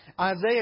Isaiah